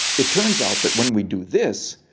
it turns out that when we do this,